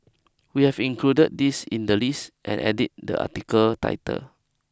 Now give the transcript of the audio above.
we have included this in the list and edited the article title